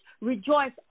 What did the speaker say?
rejoice